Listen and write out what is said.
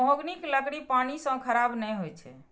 महोगनीक लकड़ी पानि सं खराब नै होइ छै